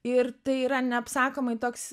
ir tai yra neapsakomai toks